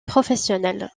professionnel